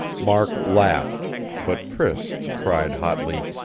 mark laughed but priss cried hotly